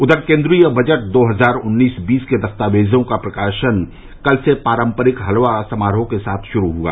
उधर केंद्रीय बजट दो हजार उन्नीस बीस के दस्तावजों का प्रकाशन कल से पारंपारिक हलवा समारोह के साथ शुरू हुआ